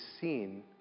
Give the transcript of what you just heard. seen